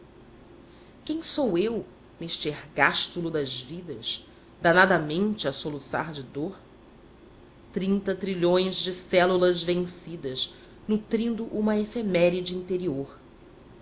quem sou eu neste ergástulo das vidas danadamente a soluçar de dor trinta trilhões de células vencidas nutrindo uma efeméride interior